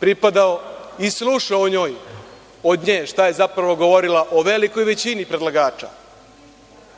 pripadao i slušao od nje šta je govorila o velikoj većini predlagača.